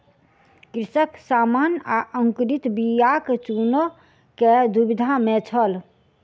कृषक सामान्य आ अंकुरित बीयाक चूनअ के दुविधा में छल